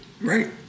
Right